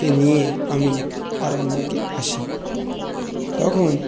কে নিয়ে আমি আরামবাগে আসি তখন